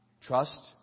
Trust